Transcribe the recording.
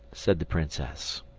said the princess.